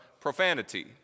profanity